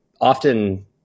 often